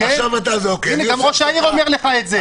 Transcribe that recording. גם ראש העיר אומר לך את זה.